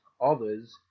Others